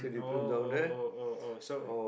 oh oh oh oh so it